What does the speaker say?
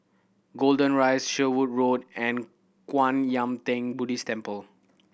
Golden Rise Sherwood Road and Kwan Yam Theng Buddhist Temple